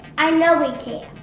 i know we can.